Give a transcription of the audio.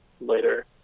later